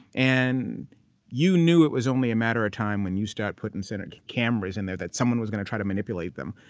and you knew it was only a matter of time, when you started putting center cameras in there, that someone was going to try to manipulate them.